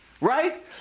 Right